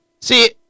See